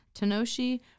Tenoshi